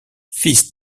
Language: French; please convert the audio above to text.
fils